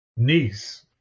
Niece